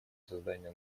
создания